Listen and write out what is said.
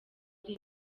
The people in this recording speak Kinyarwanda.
ari